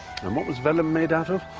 and what was vellum made out of?